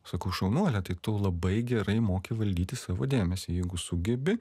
sakau šaunuolė tai tu labai gerai moki valdyti savo dėmesį jeigu sugebi